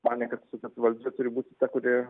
manė kad valdžia turi būti ta kuri